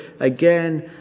again